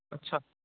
अच्छा